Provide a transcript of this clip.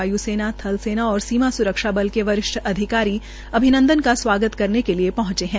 वाय् सेना थल सेना और सीमा स्रक्षा बल के वरिष्ठ अधिकारी अभिनन्दन का स्वागत करने के लिये पहंचे है